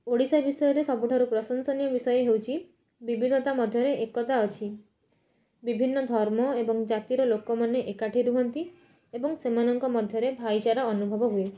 ଓଡ଼ିଶା ବିଷୟରେ ସବୁଠାରୁ ପ୍ରଶଂସନୀୟ ବିଷୟ ହେଉଛି ବିବିଧତା ଭିତରେ ଏକତା ଅଛି ବିଭିନ୍ନ ଧର୍ମ ଏବଂ ଜାତିର ଲୋକମାନେ ଏକାଠି ରୁହନ୍ତି ଏବଂ ସେମାନଙ୍କ ମଧ୍ୟରେ ଭାଇଚାରା ଅନୁଭବ ହୁଏ